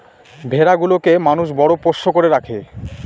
ভেড়া গুলোকে মানুষ বড় পোষ্য করে রাখে